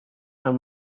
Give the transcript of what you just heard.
and